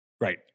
right